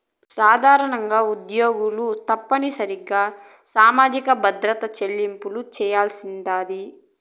సాధారణంగా ఉద్యోగులు తప్పనిసరిగా సామాజిక భద్రత చెల్లింపులు చేయాల్సుండాది